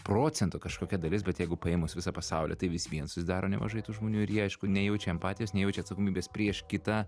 procentų kažkokia dalis bet jeigu paėmus visą pasaulį tai vis vien susidaro nemažai tų žmonių ir jie aišku nejaučia empatijos nejaučia atsakomybės prieš kitą